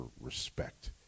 respect